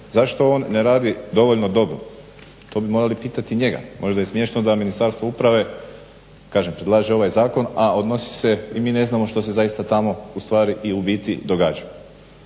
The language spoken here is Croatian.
zašto on ne radim dovoljno dobro, to bi morali pitati njega, možda je smiješno da Ministarstvo uprave, kažem predlaže ovaj zakon a odnosi se i mi ne znamo što se zaista tamo ustvari i ubiti događa.